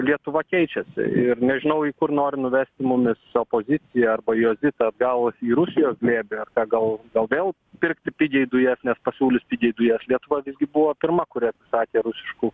lietuva keičiasi ir nežinau į kur nori nuvesti mumis opozicija arba jodis atgalas į rusijos glėbį ar ką gal gal vėl pirkti pigiai dujas nes pasiūlys pigiai dujas lietuva visgi buvo pirma kuri atsisakė rusiškų